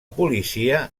policia